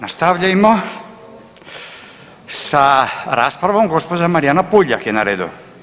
Nastavljajmo sa raspravom, gospođa Marijana Puljak je na redu.